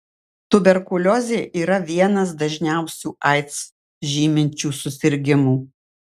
tuberkuliozė yra vienas dažniausių aids žyminčių susirgimų